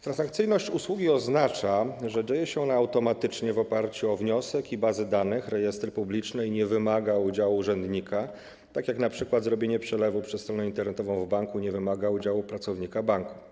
Transakcyjność usługi oznacza, że dzieje się ona automatycznie na podstawie wniosku i baz danych, tj. rejestrów publicznych, ponadto nie wymaga udziału urzędnika, tak jak np. zrobienie przelewu przez stronę internetową banku nie wymaga udziału pracownika banku.